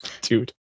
Dude